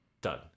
Done